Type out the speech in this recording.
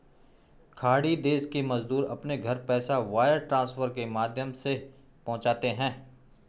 खाड़ी देश के मजदूर अपने घर पैसा वायर ट्रांसफर के माध्यम से पहुंचाते है